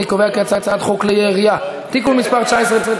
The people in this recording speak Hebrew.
אני קובע כי הצעת חוק כלי הירייה (תיקון מס' 19),